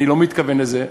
אני לא מתכוון לזה,